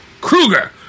Kruger